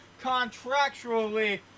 contractually